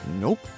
Nope